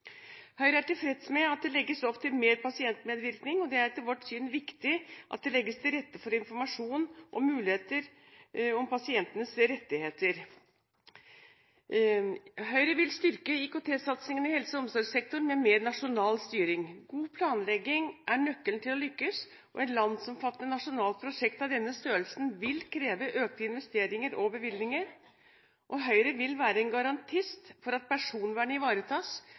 Høyre er tilfreds med at det legges opp til mer pasientmedvirkning, og det er etter vårt syn viktig at det legges til rette for informasjon om muligheter og pasientenes rettigheter. Høyre vil styrke IKT-satsingen i helse- og omsorgssektoren med mer nasjonal styring. God planlegging er nøkkelen til å lykkes, og et landsomfattende nasjonalt prosjekt av denne størrelsen vil kreve økte investeringer og bevilgninger. Og Høyre vil være en garantist for at personvernet ivaretas